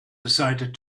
decided